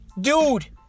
Dude